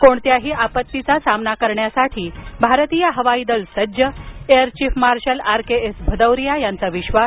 कोणत्याही आपत्तीचा सामना करण्यासाठी भारतीय हवाई दल सज्ज air chief marshal RKS Bhadauria यांचा विश्वास